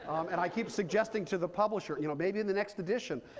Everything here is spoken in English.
and i keep suggesting to the publisher, you know maybe in the next edition,